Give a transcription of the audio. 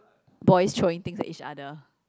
boys throwing things at each other